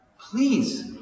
Please